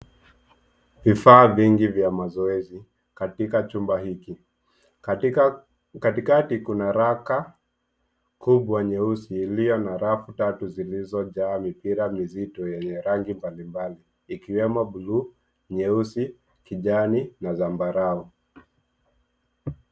Vifaa vingi vya mazoezi katika chumba hiki. Katikati kuna raka kubwa nyeusi iliyo na rafu tatu zilizojaa mipira mizito yenye rangi mbalimbali, ikiwemo bluu, nyeusi, kijani na zambarau.